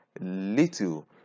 little